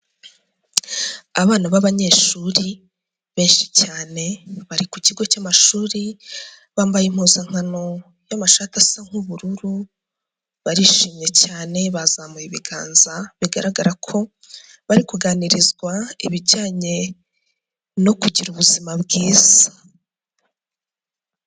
Abana b'abanyeshuri benshi cyane bari ku kigo cy'amashuri, bambaye impuzankano y'amashati asa nk'ubururu barishimye cyane bazamuye ibiganza, bigaragara ko bari kuganirizwa ibijyanye no kugira ubuzima bwiza.